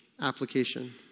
application